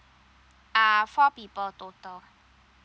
uh four people total